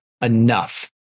enough